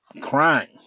Crying